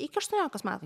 iki aštuoniolikos metų